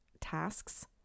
tasks